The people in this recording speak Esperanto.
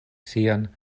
sian